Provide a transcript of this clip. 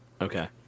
Okay